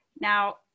Now